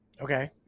Okay